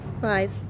Five